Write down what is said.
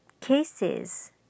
cases